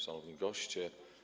Szanowni Goście!